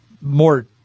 more